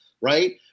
Right